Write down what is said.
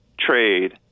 trade